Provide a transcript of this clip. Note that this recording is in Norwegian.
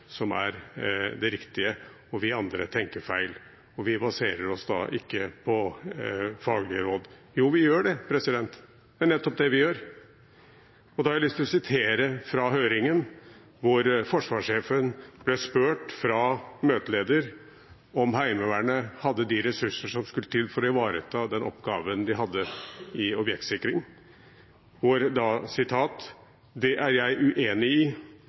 som er det riktige, at vi andre tenker feil og ikke baserer oss på faglige råd. Jo, vi gjør det, det er nettopp det vi gjør. Da har jeg lyst til å sitere fra høringen, hvor forsvarssjefen ble spurt av møtelederen om Heimevernet hadde de ressurser som skulle til for å ivareta den oppgaven de hadde i objektsikring, og hvor han da svarte: «Det er jeg uenig i.